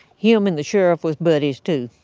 him and the sheriff was buddies, too.